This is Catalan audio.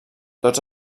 tots